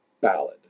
ballad